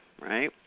right